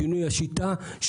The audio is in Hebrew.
שינוי השיטה,